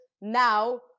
now